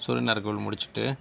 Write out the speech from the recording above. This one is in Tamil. சூரியனார் கோவில் முடிச்சுட்டு